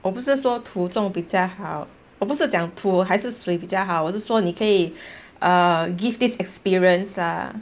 我不是说土种比较好我不是讲土还是水比较好我是说你可以 err give this experience lah